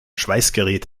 schweißgerät